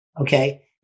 Okay